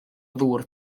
ddŵr